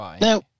Now